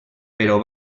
però